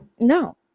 No